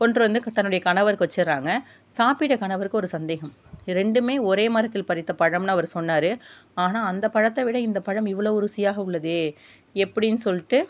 கொண்ட்ரு வந்து தன்னுடைய கணவருக்கு வச்சுடறாங்க சாப்பிட்ட கணவருக்கு ஒரு சந்தேகம் ரெண்டுமே ஒரே மரத்தில் பறித்த பழம்ன்னு அவர் சொன்னார் ஆனால் அந்த பழத்தை விட இந்தப்பழம் இவ்வளவு ருசியாக உள்ளதே எப்படின் சொல்லிட்டு